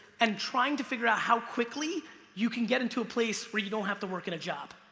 and trying to figure out how quickly you can get into a place where you don't have to work in a job.